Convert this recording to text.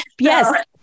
yes